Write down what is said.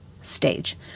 stage